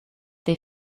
they